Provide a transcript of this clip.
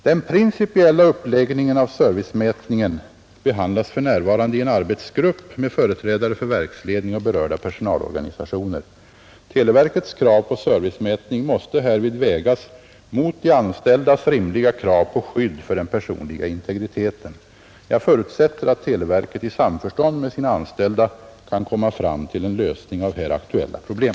Den principiella uppläggningen av servicemätningen behandlas för närvarande i en arbetsgrupp med företrädare för verksledning och berörda personalorganisationer. Televerkets krav på servicemätning måste härvid vägas mot de anställdas rimliga krav på skydd för den personliga integriteten. Jag förutsätter att televerket i samförstånd med sina anställda kan komma fram till en lösning av här aktuella problem.